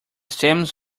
stems